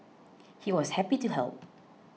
he was happy to help